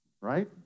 Right